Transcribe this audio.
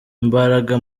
imbaraga